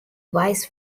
vice